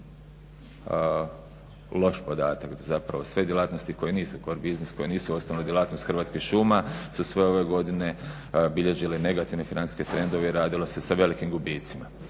loš podatak da zapravo sve djelatnosti koje nisu, kor biznis, koje nisu osnovne djelatnosti Hrvatskih šuma su sve ove godine bilježile negativne financijske trendove i radilo se sa velikim gubicima.